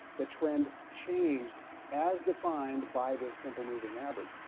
the trend changed as defined by this simple moving average.